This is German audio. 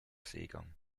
seegang